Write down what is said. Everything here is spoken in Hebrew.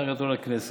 אחר כך הכנסת.